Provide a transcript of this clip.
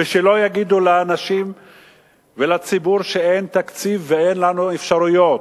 ושלא יגידו לאנשים ולציבור שאין תקציב ואין לנו אפשרויות.